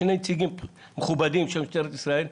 שני נציגים מכובדים של משטרת ישראל,